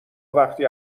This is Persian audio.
وقتی